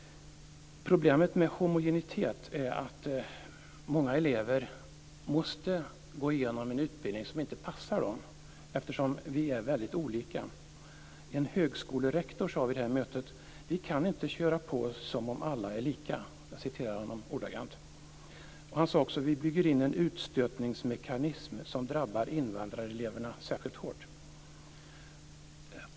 Problemet med homogeniteten är att många elever måste gå igenom en utbildning som inte passar dem. Vi människor är ju väldigt olika. En högskolerektor sade ordagrant vid mötet: Vi kan inte köra på som om alla är lika. Han sade också: Vi bygger in en utstötningsmekanism som drabbar invandrareleverna särskilt hårt.